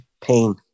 pain